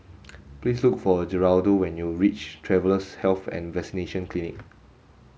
please look for Geraldo when you reach Travellers' Health and Vaccination Clinic